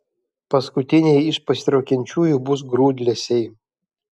paskutiniai iš pasitraukiančiųjų bus grūdlesiai